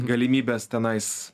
galimybės tenais